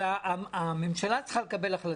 אבל הממשלה צריכה לקבל החלטה.